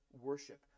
worship